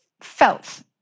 felt